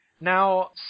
Now